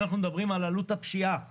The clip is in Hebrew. אם אנחנו מדברים על עלות הפשיעה למשק,